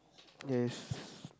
yes